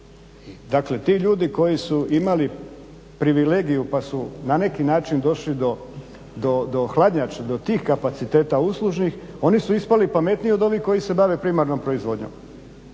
Dakle ti ljudi koji su imali privilegiju pa su na neki način došli do hladnjača, do tih kapaciteta uslužnih oni su ispali pametniji od onih koji se bave primarnom proizvodnjom,